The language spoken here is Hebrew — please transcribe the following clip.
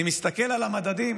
אני מסתכל על המדדים,